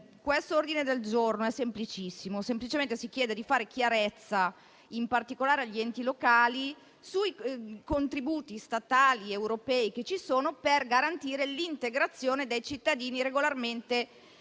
questo ordine del giorno è semplicissimo e chiede di fare chiarezza, in particolare in favore degli enti locali, sui contributi statali ed europei che ci sono per garantire l'integrazione dei cittadini regolarmente